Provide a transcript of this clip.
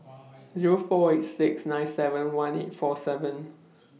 Zero four eight six nine seven one eight four seven